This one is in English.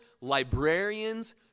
librarians